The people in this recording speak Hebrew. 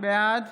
בעד